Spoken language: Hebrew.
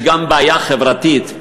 יש גם בעיה חברתית,